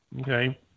Okay